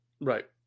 Right